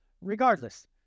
regardless